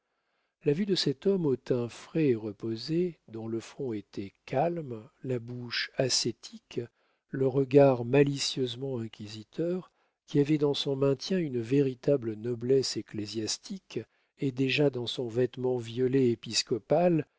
la vue de cet homme au teint frais et reposé dont le front était calme la bouche ascétique le regard malicieusement inquisiteur qui avait dans son maintien une véritable noblesse ecclésiastique et déjà dans son vêtement le violet épiscopal